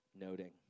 noting